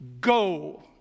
Go